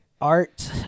Art